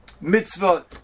mitzvah